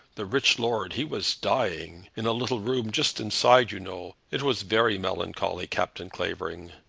the rich lord, he was dying in a little room just inside, you know. it was very melancholy, captain clavering.